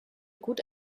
gut